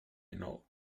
know